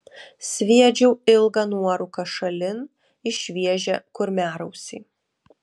sviedžiau ilgą nuorūką šalin į šviežią kurmiarausį